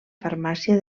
farmàcia